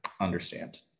understand